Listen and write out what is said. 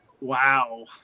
Wow